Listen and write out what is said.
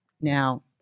Now